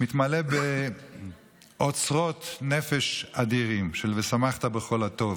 מתמלאים באוצרות נפש אדירים של "ושמחת בכל הטוב".